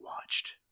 watched